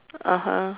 (uh huh)